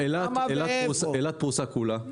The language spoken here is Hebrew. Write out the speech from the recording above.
אילת פרוסה כולה.